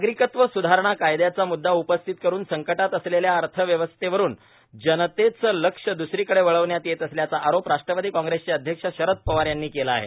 नागरिकत्व सुधारणाकायद्याचा मूददा उपस्थित करुन संकटात असलेल्या अर्थव्यवस्थेवरून जनतेचं लक्ष दुसरीकडे वळवण्यात येत असल्याचा आरोप राष्ट्रवादी काँग्रेसचे अध्यक्ष शरद पवार यांनी केला आहे